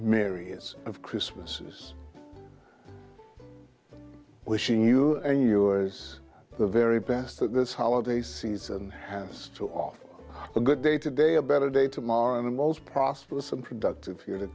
myriads of christmas wishing you and yours the very best that this holiday season has to offer a good day today a better day tomorrow and the most prosperous and productive here the